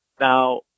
Now